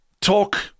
talk